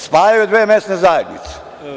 Spajaju dve mesne zajednice.